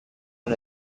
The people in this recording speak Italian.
una